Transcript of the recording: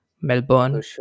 Melbourne